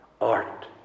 art